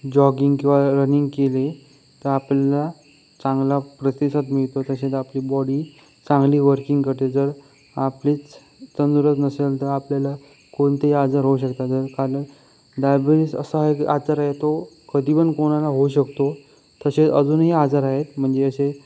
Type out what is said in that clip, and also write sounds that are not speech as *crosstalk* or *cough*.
jogging किवा running केले तर आपला चांगला प्रतिसाद मिळतो तसेच आपली बॉडी चांगली वर्किंग करते जर आपलीच तंदुरुस्त नसेल तर आपल्याला कोणते ही आजार होऊ शकतात *unintelligible* डायबेटिज असा एक आजार आहे तो कधी पण कोणाला होऊ शकतो तसेच अजूनही आजार आहेत म्हणजे असे